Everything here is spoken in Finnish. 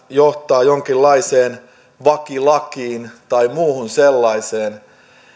johtaa jonkinlaiseen vakilakiin tai muuhun sellaiseen